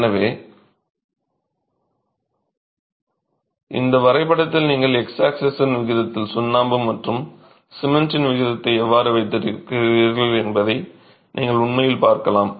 எனவே இந்த வரைபடத்தில் நீங்கள் x ஆக்ஸிசின் விகிதத்தில் சுண்ணாம்பு மற்றும் சிமெண்டின் விகிதத்தை எவ்வாறு வைத்திருக்கிறீர்கள் என்பதை நீங்கள் உண்மையில் பார்க்கலாம்